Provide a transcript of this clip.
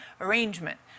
arrangement